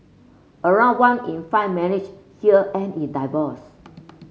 around one in five marriage here end in divorce